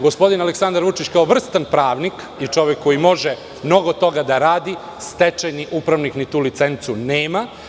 Gospodin Aleksandar Vučić kao vrstan pravnik, i čovek koji može mnogo toga da radi, stečajni upravnik ni tu licencu nema.